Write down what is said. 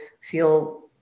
feel